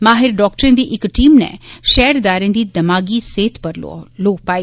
माहिर डाक्टरें दी इक टीम नै शहरदारें दी दिमागी सेहत पर लोह् पाई